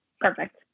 Perfect